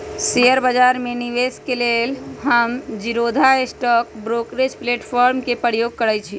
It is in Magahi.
शेयर बजार में निवेश के लेल हम जीरोधा स्टॉक ब्रोकरेज प्लेटफार्म के प्रयोग करइछि